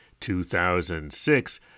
2006